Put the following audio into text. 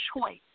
choice